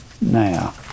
Now